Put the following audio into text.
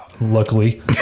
luckily